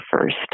first